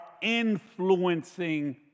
influencing